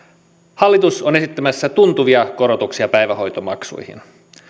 hallitus on esittämässä tuntuvia korotuksia päivähoitomaksuihin